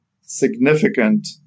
significant